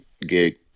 gig